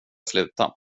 sluta